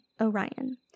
Orion